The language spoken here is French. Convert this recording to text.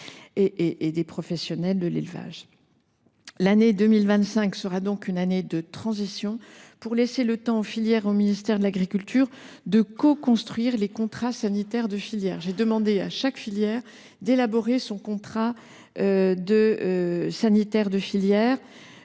et des professionnels de l’élevage. L’année 2025 sera donc une année de transition, pour laisser le temps aux filières et au ministère de l’agriculture de coconstruire les contrats sanitaires de filières. J’ai demandé à chacune d’entre elles d’élaborer le sien et nous travaillons